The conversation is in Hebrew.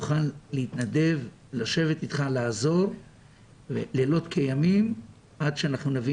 מוכן להתנדב לשבת איתך לעזור לילות כימים עד שאנחנו נביא